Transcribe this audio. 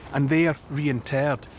and there reinterred.